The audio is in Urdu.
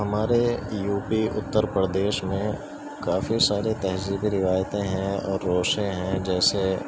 ہمارے یو پی اتر پردیش میں کافی سارے تہذیبی روایتیں ہیں اور روشیں ہیں جیسے